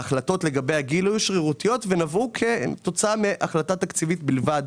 ההחלטות לגבי הגיל היו שרירותיות והן עברו כתוצאה מהחלטה תקציבית בלבד.